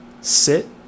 sit